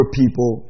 people